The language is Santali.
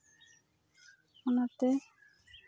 ᱚᱱᱟᱛᱮ